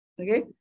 Okay